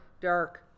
dark